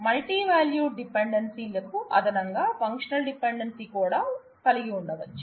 multivalued డిపెండెన్సీలకు అదనంగా functional డిపెండెన్సీని కూడా కలిగి ఉండవచ్చు